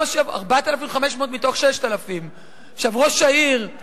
4,500 מתוך 6,000. ראש העיר התנצל,